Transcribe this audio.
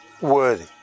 Worthy